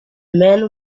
men